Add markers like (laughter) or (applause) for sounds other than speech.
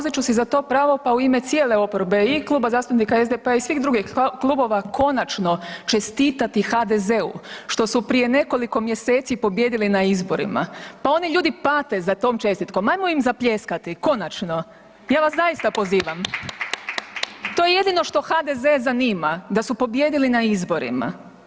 Uzet ću si za to pravo, pa u ime cijele oporbe i Kluba zastupnika SDP-a i svih drugih klubova konačno čestitati HDZ-u što su prije nekoliko mjeseci pobijedili na izborima, pa oni ljudi pate za tom čestitom, ajmo im zapljeskati konačno, ja vas zaista pozivam. (applause) To je jedino što HDZ zanima da su pobijedili na izborima.